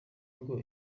ngo